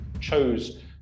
chose